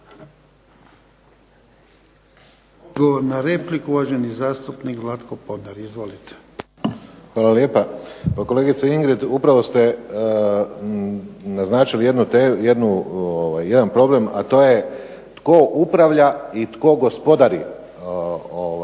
Odgovor na repliku, uvaženi zastupnik Vlatko Podnar. Izvolite. **Podnar, Vlatko (SDP)** Hvala lijepa. Pa kolegice Ingrid, upravo ste naznačili jedan problem, a to je tko upravlja i tko gospodari